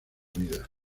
vida